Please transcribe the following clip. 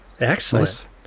Excellent